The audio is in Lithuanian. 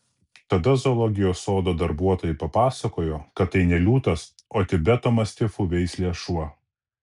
tada zoologijos sodo darbuotojai papasakojo kad tai ne liūtas o tibeto mastifų veislė šuo